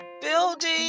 building